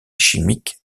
chimique